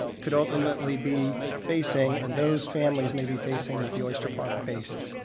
could ultimately be facing and those families may be facing what the oyster farm faced.